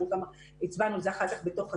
אנחנו גם הצבענו על זה אחר כך בתוך הדוח,